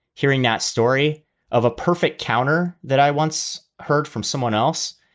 hearing that story of a perfect counter that i once heard from someone else.